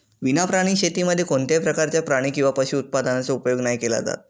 विना प्राणी शेतीमध्ये कोणत्याही प्रकारच्या प्राणी किंवा पशु उत्पादनाचा उपयोग नाही केला जात